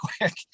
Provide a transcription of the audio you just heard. quick